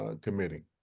committing